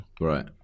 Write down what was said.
right